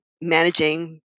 managing